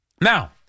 Now